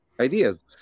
ideas